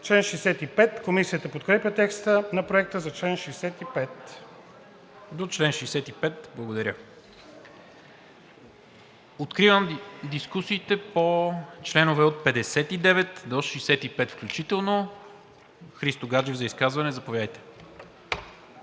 чл. 64. Комисията подкрепя текста на Проекта за чл. 65. ПРЕДСЕДАТЕЛ НИКОЛА МИНЧЕВ: Откривам дискусиите по членове от 59 до 65 включително. Христо Гаджев – за изказване, заповядайте.